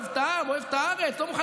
ורוצים להבעיר את הרחובות ורוצים לפגוע